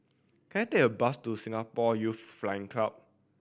can I take a bus to Singapore Youth Flying Club